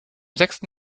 sechsten